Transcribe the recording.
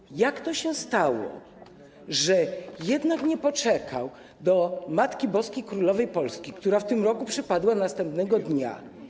I jak to się stało, że jednak nie poczekał do Matki Boskiej Królowej Polski, której święto w tym roku przypada następnego dnia?